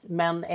men